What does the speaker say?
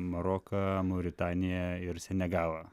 maroką mauritaniją ir senegalą